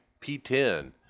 P10